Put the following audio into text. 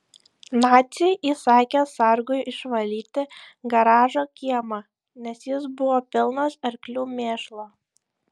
naciai įsakė sargui išvalyti garažo kiemą nes jis buvo pilnas arklių mėšlo